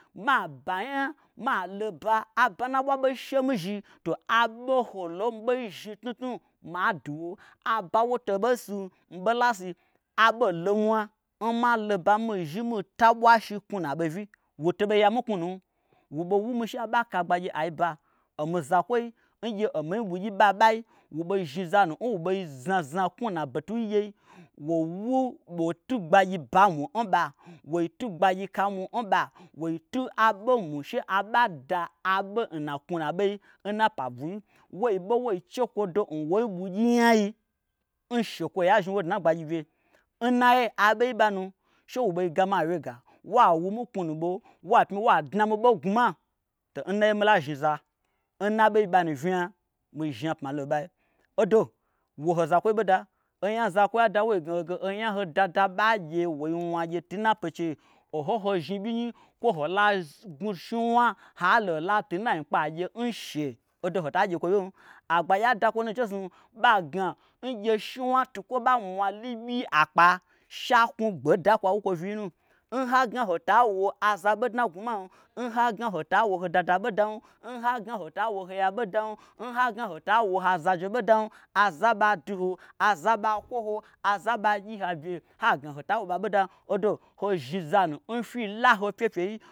Ma banya malo oba aba n na ɓwa ɓei shemi zhi to aɓo holo n mi ɓei zhni tnutnu ma duwo aɓa n wo to ɓei sim mi ɓei lasi. aɓolo n mwa n ma lo oba mii zhi mii tabwashi knwunu aɓo vyi. Woto bei yami n knwunum. woɓo wumi she aɓaka gbagyi aiba omi zakwoi ngye omihni ɓugyi ɓaɓai, wo ɓai zhni zanu n wo ɓei znazna n na betugyei woi wu woi tu gbagyi ba mwui n ɓa, woi tu gbagyi ka mwui n ɓa. woi tu aɓo mwui she aɓada aɓo n na aknwunua bei n na apa bwui woi ɓe woi chekwodo n woin ɓugyii nyai n shekwoyia zhni wo dna n gbagyi bye. N naye aɓei n ɓanu she wo ɓei ga mi awyega woa wu mi knwunuaɓo wa pmi wa dnami ɓo n gnwuma to n naiye mila zhniza n na bei banu vnya mi zhni apmalo n ɓai. Odo woho zakwoi ɓoda o nya n zakwoida woi gna ho ge onya n ho dada ɓa gye woi wnagye tu n na pache oho n ho zhni byinyi kwo hola gnwu shnuwna halo hola tu n na anyikpagye n she odo ho ta gye kwo wyem agbagyia da kwonu njesnu ɓa gna n gye shnuwna tukwo ɓa mwa lubyii akpa shaknwu gbe da kwa wukwo vyiwyii nu n hagna ho tawo a zaɓo dna n gnwuman. n hagna ho tawo ho dada ɓo dam. n hagna ho tawo oho ya ɓodam. n hagna ho tawo ho azaje ɓodam. aza n ɓa duho aza n ɓa kwoho aza n ɓa gyi n ha bye hagna ho tawo ɓa ɓodam odo ho zhni zanu n fyi laho n pyepye yi